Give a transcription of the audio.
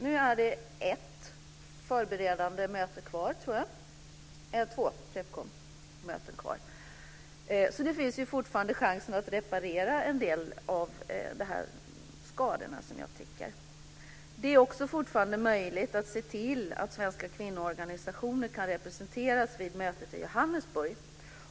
Nu är det två förberedande möten kvar, så det finns fortfarande en chans att reparera en del av den här skadan, som jag tycker att man kan tala om. Det är också fortfarande möjligt att se till att svenska kvinnoorganisationer kan representeras vid mötet i Johannesburg.